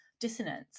dissonance